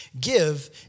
Give